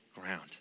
ground